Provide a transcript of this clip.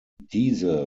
diese